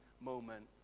moment